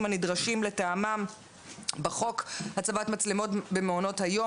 הנדרשים לטעמם בחוק הצבת מצלמות במעונות היום,